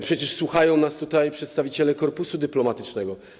Przecież słuchają nas przedstawiciele korpusu dyplomatycznego.